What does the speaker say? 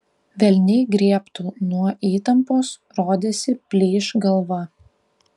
velniai griebtų nuo įtampos rodėsi plyš galva